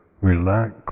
relax